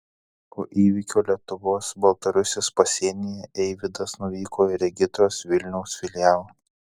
po įvykio lietuvos baltarusijos pasienyje eivydas nuvyko į regitros vilniaus filialą